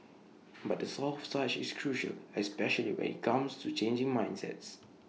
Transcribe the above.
but the soft touch is crucial especially when IT comes to changing mindsets